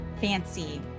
fancy